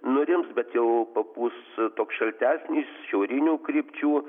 nurims bet jau papūs toks šaltesnis šiaurinių krypčių